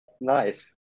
Nice